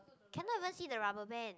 cannot even see the rubber band